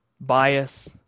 bias